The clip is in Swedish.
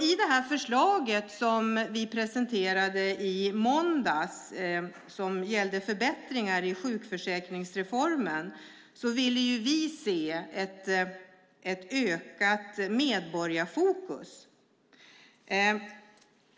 I det förslag som vi presenterade i måndags som gällde förbättringar i sjukförsäkringsreformen ville vi se ett ökat medborgarfokus.